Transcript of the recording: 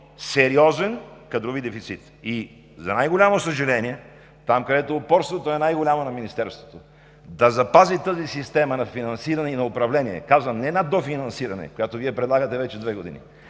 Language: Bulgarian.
сериозен кадрови дефицит, за най-голямо съжаление там, където упорството на Министерството е най-голямо да запази тази система на финансиране и на управление. Казвам: не на дофинансиране, което Вие предлагате вече две години,